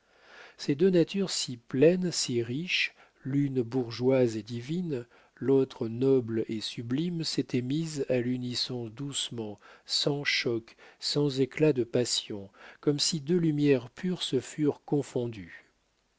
ces deux natures si pleines si riches l'une bourgeoise et divine l'autre noble et sublime s'étaient mises à l'unisson doucement sans choc sans éclat de passion comme si deux lumières pures se fussent confondues